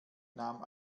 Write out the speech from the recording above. nahm